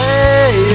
Hey